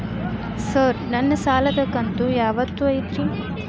Sir ನನ್ನ ಸಾಲದ ಕಂತು ಯಾವತ್ತೂ ಐತ್ರಿ?